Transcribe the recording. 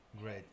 great